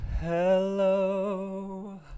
Hello